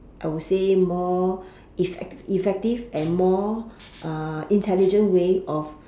I would say more effect effective and more uh intelligent way of